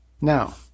Now